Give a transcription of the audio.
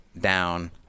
down